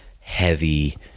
heavy